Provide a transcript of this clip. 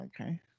Okay